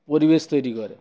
পরিবেশ তৈরি করে